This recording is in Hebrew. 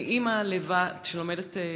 אני אימא לבת שלומדת רפואה.